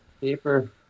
paper